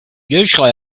usually